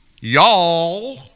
y'all